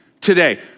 today